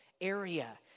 area